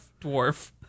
dwarf